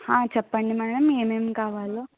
చెప్పండి మేడమ్ ఏమేమి కావాలో